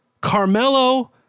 Carmelo